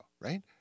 right